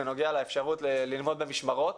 בנוגע לאפשרות ללמוד במשמרות,